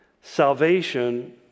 salvation